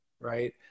right